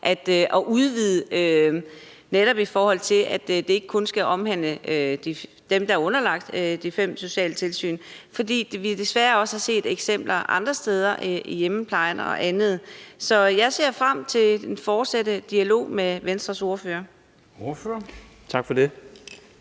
at udvide det, netop så det ikke kun skal omhandle dem, der er underlagt de fem sociale tilsyn. For vi har desværre også set eksempler andre steder, i hjemmeplejen og andet. Så jeg ser frem til den fortsatte dialog med Venstres ordfører.